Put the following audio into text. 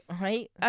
right